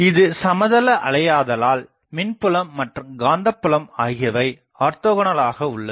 இது சமதள அலையாதலால் மின்புலம் மற்றும் காந்தப்புலம் ஆகியவை ஆர்தொகோனல் ஆக உள்ளது